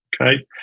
Okay